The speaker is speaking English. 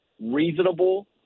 reasonable –